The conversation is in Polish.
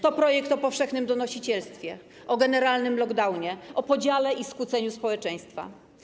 To projekt o powszechnym donosicielstwie, o generalnym lockdownie, o podziale i skłóceniu społeczeństwa.